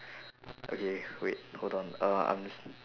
okay wait hold on uh I'm